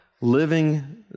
living